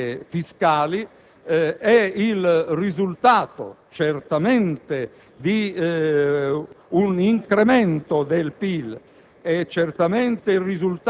delle entrate fiscali è il risultato di un incremento del PIL